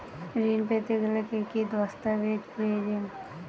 ঋণ পেতে গেলে কি কি দস্তাবেজ প্রয়োজন?